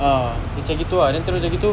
ah macam gitu ah then terus dah gitu